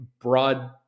broad